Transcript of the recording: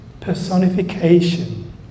personification